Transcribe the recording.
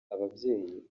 ababyeyi